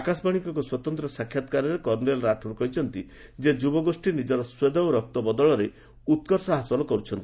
ଆକାଶବାଣୀକୁ ଏକ ସ୍ୱତନ୍ତ୍ର ସାକ୍ଷାତ୍କାରରେ କର୍ଷେଲ ରାଠୋର କହିଛନ୍ତି ଯେ ଯୁବଗୋଷୀ ନିଜର ସ୍ୱେଦ ଓ ରକ୍ତ ବଦଳରେ ଉତ୍କର୍ଷ ହାସଲ କରୁଛନ୍ତି